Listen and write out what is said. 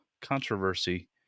controversy